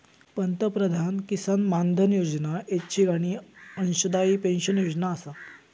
पंतप्रधान किसान मानधन योजना ऐच्छिक आणि अंशदायी पेन्शन योजना आसा